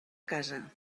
casa